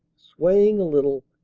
sway ing a little,